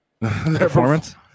Performance